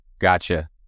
Gotcha